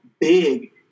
big